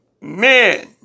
men